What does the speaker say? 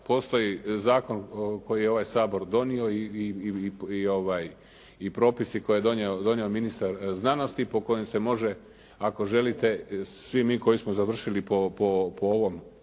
Postoji zakon koji je ovaj Sabor donio i propisi koje je donio ministar znanosti po kojem se može, ako želite, svi mi koji smo završili po ovom